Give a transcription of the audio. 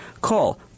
Call